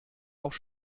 auf